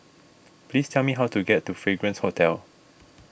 please tell me how to get to Fragrance Hotel